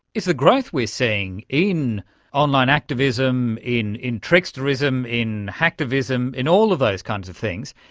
is the growth we're seeing in online activism, in in tricksterism, in hacktivism, in all of those kinds of things,